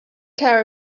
care